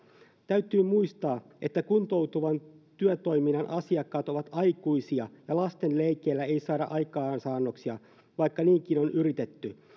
täytyy muistaa että kuntouttavan työtoiminnan asiakkaat ovat aikuisia ja lasten leikeillä ei saada aikaansaannoksia vaikka niinkin on yritetty